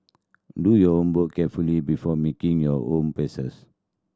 do your homework carefully before making your home